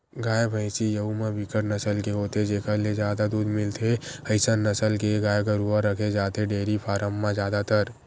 गाय, भइसी यहूँ म बिकट नसल के होथे जेखर ले जादा दूद मिलथे अइसन नसल के गाय गरुवा रखे जाथे डेयरी फारम म जादातर